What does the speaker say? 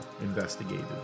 investigated